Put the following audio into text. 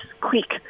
quick